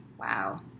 Wow